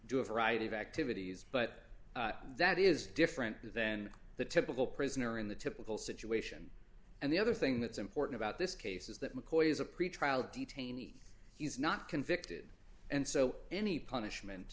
do a variety of activities but that is different than the typical prisoner in the typical situation and the other thing that's important about this case is that mccoy is a pretrial detainee he's not convicted and so any punishment